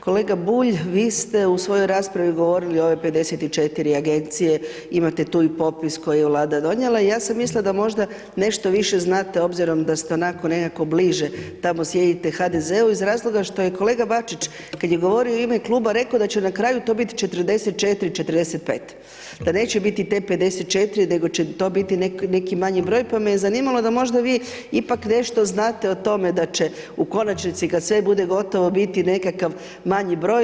Kolega Bulj, vi ste u svojoj raspravi govorili o ove 54 agencije imate tu i popis koji je Vlada donijela i ja sam mislila da možda nešto više znate obzirom da ste onako nekako bliže tamo sjedite HDZ-u iz razloga što je kolega Bačić kada je govorio u ime Kluba rekao da će na kraju to biti 44, 45, da neće biti te 54 nego će to biti neki manji broj pa me je zanimalo da možda vi ipak nešto znate o tome da će u konačnici kad sve bude gotovo biti nekakav manji broj.